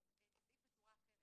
אני יכולה לכתוב את זה בכל חוק,